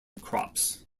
crops